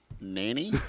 Nanny